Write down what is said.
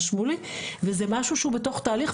שזה משהו שהוא בתוך תהליך,